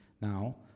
now